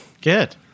Good